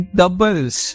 doubles